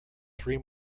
three